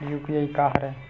UPI का हरय?